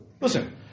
Listen